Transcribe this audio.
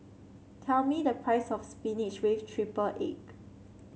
tell me the price of spinach with triple egg